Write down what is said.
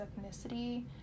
ethnicity